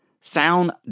sound